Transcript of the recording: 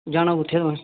जाना कुत्थै तूं